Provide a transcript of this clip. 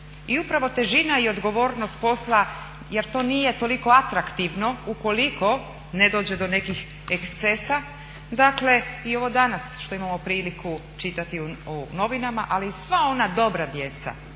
I upravo težina i odgovornost posla jer to nije toliko atraktivno ukoliko ne dođe do nekih ekscesa. Dakle i ovo danas što imamo priliku čitati u novinama, ali sva ona dobra djeca